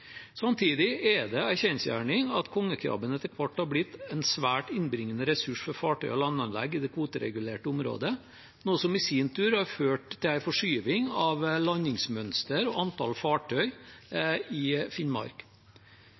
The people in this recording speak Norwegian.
Samtidig er det en kjensgjerning at kongekrabben etter hvert har blitt en svært innbringende ressurs for fartøy og landanlegg i det kvoteregulerte området, noe som i sin tur har ført til en forskyvning av landingsmønster og antall fartøy i Finnmark.